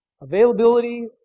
availability